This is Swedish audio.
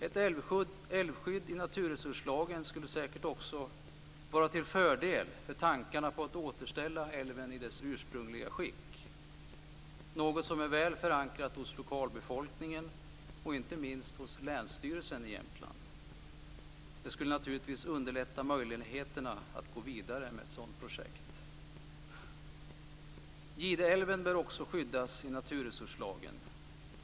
Ett älvskydd i naturresurslagen skulle säkert också vara till fördel för tankarna på att återställa älven i dess ursprungliga skick, något som är väl förankrat hos lokalbefolkningen och inte minst hos länsstyrelsen i Jämtland. Det skulle naturligtvis underlätta möjligheterna att gå vidare med ett sådant projekt. Gideälven bör också skyddas i naturresurslagen.